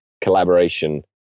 collaboration